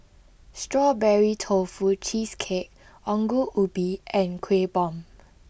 Strawberry Tofu Cheesecake Ongol Ubi and Kueh Bom